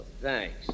thanks